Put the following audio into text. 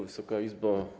Wysoka Izbo!